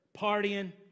partying